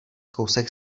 kousek